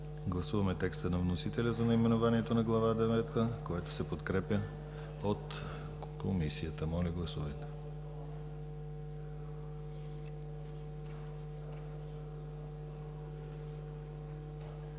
Гласуваме текста на вносителя за наименованието на Глава девета, който се подкрепя от Комисията. Гласували